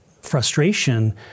frustration